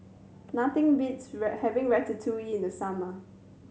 nothing beats having Ratatouille in the summer